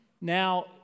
now